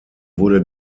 wurde